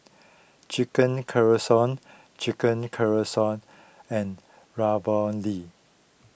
Chicken Casserole Chicken Casserole and Ravioli